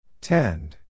Tend